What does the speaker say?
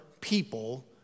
people